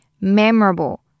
memorable